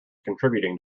contributing